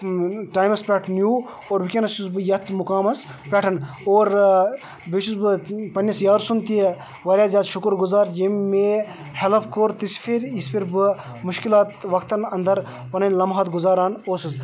ٹایمَس پٮ۪ٹھ نیوٗ اور وٕنکٮ۪س چھُس بہٕ یَتھ مُقامَس پٮ۪ٹھ اور بیٚیہِ چھُس بہٕ پنٕنِس یارٕ سُنٛد تہِ واریاہ زیادٕ شُکُر گُزار یمۍ مےٚ ہٮ۪لٕپ کوٚر تِژھِ پھِرِ یِژھ پھِرِ بہٕ مُشکلات وَقتَن اَندَر پَنٕنۍ لمحات گُزارَن اوسُس